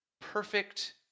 perfect